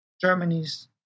Germany's